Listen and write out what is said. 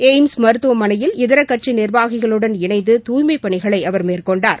AIIMS மருத்துவமனையில் கட்சியின் இதர நிர்வாகிகளுடன் இணைந்து தூய்மைப் பணிகளை அவர் மேற்கொண்டார்